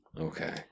Okay